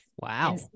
Wow